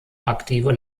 aktive